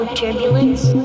turbulence